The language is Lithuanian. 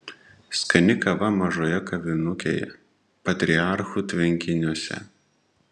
skani kava mažoje kavinukėje patriarchų tvenkiniuose